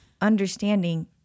understanding